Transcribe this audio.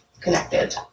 connected